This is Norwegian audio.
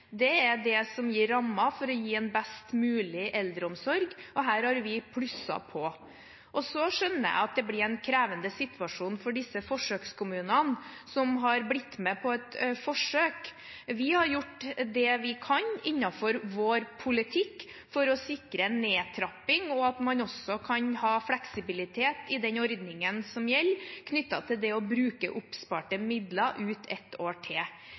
Det er det som er rammen for å gi en best mulig eldreomsorg, og her har vi plusset på. Så skjønner jeg at det blir en krevende situasjon for disse forsøkskommunene, som har blitt med på et forsøk. Vi har gjort det vi kan innenfor vår politikk for å sikre en nedtrapping, og for at man også kan ha fleksibilitet i den ordningen som gjelder, knyttet til det å bruke oppsparte midler ut ett år til.